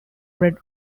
red